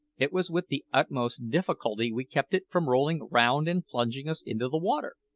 it was with the utmost difficulty we kept it from rolling round and plunging us into the water.